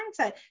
mindset